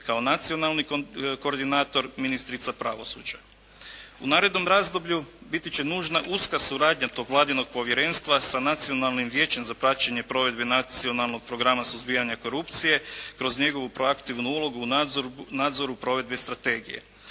kao nacionalni koordinator ministrica pravosuđa. U narednom razdoblju biti će nužna uska suradnja tog Vladinog povjerenstva sa Nacionalnim vijećem za praćenje provedbe nacionalnog programa suzbijanja korupcije kroz njegovu proaktivnu ulogu u nadzoru provedbe strategije.